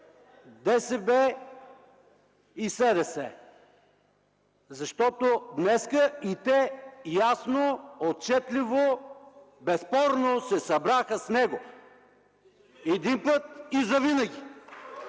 ДСБ и СДС. Защото днес и те ясно, отчетливо, безспорно се събраха с него един път и завинаги.